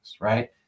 right